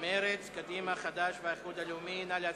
אתה עסוק בניהול הישיבה.